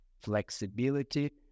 flexibility